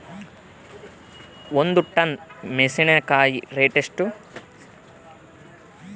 ಒಂದು ಟನ್ ಮೆನೆಸಿನಕಾಯಿ ರೇಟ್ ಎಷ್ಟು?